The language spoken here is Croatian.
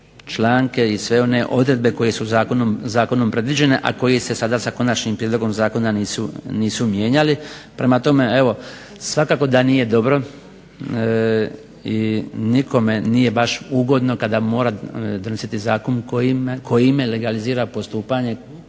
članke i sve one odredbe koje su zakonom predviđene, a koje se sada sa konačnim prijedlogom zakona nisu mijenjali. Prema tome evo, svakako da nije dobro i nikome nije baš ugodno kada mora donositi zakon kojime legalizira postupanje